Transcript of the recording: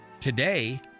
Today